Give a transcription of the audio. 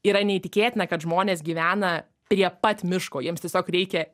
yra neįtikėtina kad žmonės gyvena prie pat miško jiems tiesiog reikia